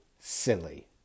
silly